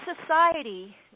society